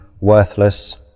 worthless